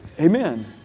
Amen